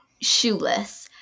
shoeless